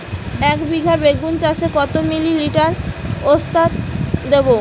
একবিঘা বেগুন চাষে কত মিলি লিটার ওস্তাদ দেবো?